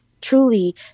truly